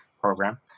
Program